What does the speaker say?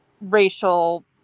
racial